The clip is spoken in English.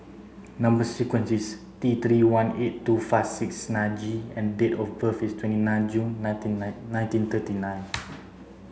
number sequence is T three one eight two five six nine G and date of birth is twenty nine June nineteen nine nineteen thirty nine